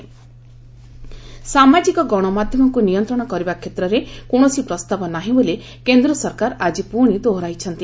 RS social media ସାମାଜିକ ଗଣମାଧ୍ୟମକୁ ନିୟନ୍ତ୍ରଣ କରିବା କ୍ଷେତ୍ରରେ କୌଣସି ପ୍ରସ୍ତାବ ନାହିଁ ବୋଲି କେନ୍ଦ୍ର ସରକାର ଆଜି ପୁଣି ଦୋହରାଇଛନ୍ତି